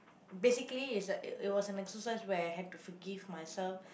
basically it's a it it was an exercise where I had to forgive myself